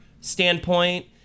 standpoint